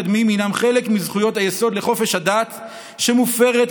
טרם תקופת המשבר,